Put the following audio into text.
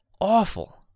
awful